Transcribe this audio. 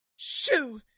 Shoo